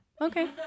okay